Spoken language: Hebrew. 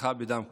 נרצחה בדם קר.